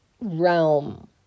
realm